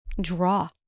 draw